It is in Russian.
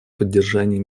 поддержании